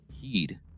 heed